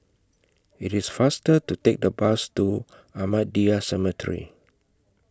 IT IS faster to Take The Bus to Ahmadiyya Cemetery